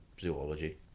zoology